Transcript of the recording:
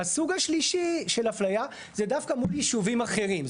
3. מול ישובים אחרים.